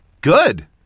Good